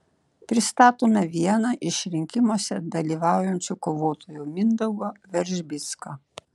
pristatome vieną iš rinkimuose dalyvaujančių kovotojų mindaugą veržbicką